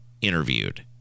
interviewed